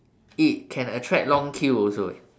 it can attract long queue also eh